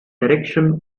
direction